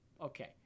okay